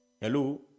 Hello